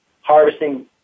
harvesting